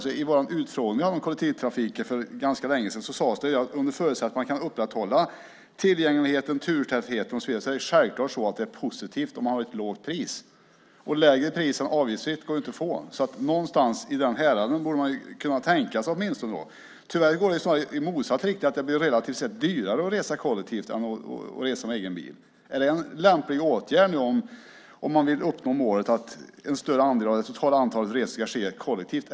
I vår utfrågning om kollektivtrafiken för ganska länge sedan sades det att under förutsättning att man kan upprätthålla tillgängligheten och turtätheten är det självklart positivt om man har ett lågt pris. Lägre pris än avgiftsfritt går det inte att få. Någonstans i det häradet borde man kunna tänka sig priset. Tyvärr går det i motsatt riktning. Det blir relativt sett dyrare att resa kollektivt än att resa med egen bil. Är det en lämplig åtgärd om man vill uppnå målet att en större andel av det totala antalet resor ska ske kollektivt?